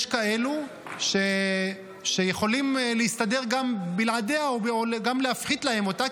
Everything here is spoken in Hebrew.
יש כאלו שיכולים להסתדר גם בלעדיה או גם להפחית להם אותה,